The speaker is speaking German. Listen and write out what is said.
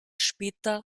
später